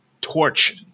torch